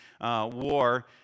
War